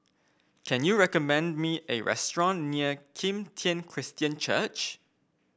can you recommend me a restaurant near Kim Tian Christian Church